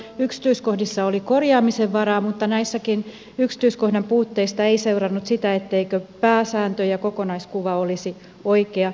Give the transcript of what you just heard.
yksityiskohdissa oli korjaamisen varaa mutta näistäkään yksityiskohtien puutteista ei seurannut sitä etteikö pääsääntö ja kokonaiskuva olisi oikea ja riittävä